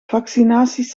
vaccinaties